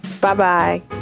Bye-bye